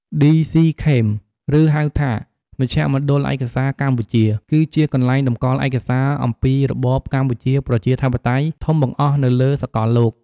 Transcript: ឌីសុី ខេម DC-Cam ឬ ហៅថា មជ្ឈមណ្ឌលឯកសារកម្ពុជា គឺជាកន្លែងតម្កល់ឯកសារអំពីរបបកម្ពុជាប្រជាធិបតេយ្យធំបង្អស់នៅលើសកលលោក។